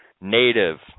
native